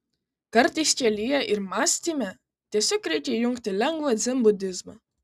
kartais kelyje ir mąstyme tiesiog reikia įjungti lengvą dzenbudizmą